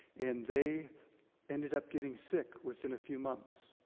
and they ended up getting sick within a few months.